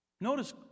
Notice